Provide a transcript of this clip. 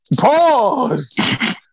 Pause